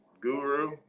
guru